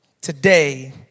today